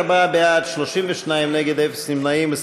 44 בעד, 32 נגד, אפס נמנעים.